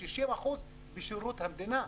60% בשירות המדינה.